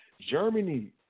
Germany